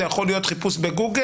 זה יכול להיות חיפוש בגוגל,